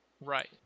Right